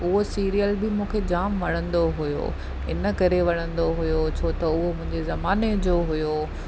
उहो सिरियल बि मूंखे जाम वणंदो हुओ इन करे वणंदो हुओ छो त उहो मुंहिंजे ज़माने जो हुओ